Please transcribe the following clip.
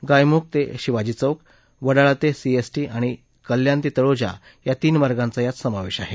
गायमुख ते शिवाजी चौक वडाळा ते सीएसटी आणि कल्याण ते तळोजा या तीन मार्गांचा यात समावेश आहे